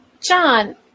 John